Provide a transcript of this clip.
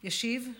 ישיב?